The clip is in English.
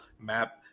map